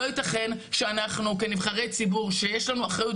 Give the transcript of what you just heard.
לא יתכן שאנחנו כנבחרי ציבור שיש לנו אחריות